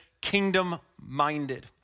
kingdom-minded